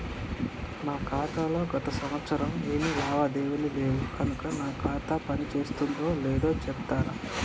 నా ఖాతా లో గత సంవత్సరం ఏమి లావాదేవీలు లేవు కనుక నా ఖాతా పని చేస్తుందో లేదో చెప్తరా?